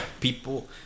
people